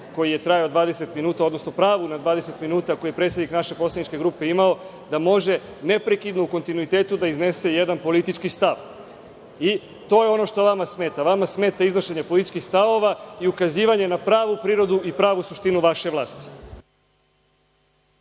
koji je trajao 20 minuta, odnosno pravo na 20 minuta koje je predsednik naše poslaničke grupe imao da može neprekidno u kontinuitetu da iznese jedan politički stav. To je ono što vama smeta. Vama smeta iznošenje političkih stavova i ukazivanje na pravu prirodu i pravu suštinu vaše vlasti.